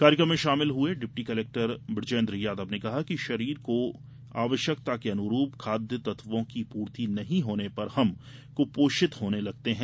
कार्यक्रम में शामिल हुए डिप्टी कलेक्टर बुजेन्द्र यादव ने कहा कि शरीर को आवश्यकता के अनुरूप खाद्य तत्वों की पूर्ति नही होने पर हम कुपोषित होने लगते है